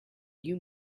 you